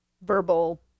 verbal